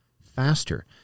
faster